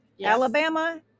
Alabama